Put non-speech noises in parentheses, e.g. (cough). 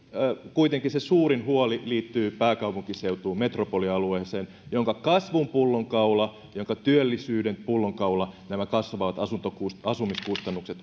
kuitenkin se suurin huoli liittyy pääkaupunkiseutuun metropolialueeseen jonka kasvun pullonkaula ja työllisyyden pullonkaula nämä kasvavat asumiskustannukset (unintelligible)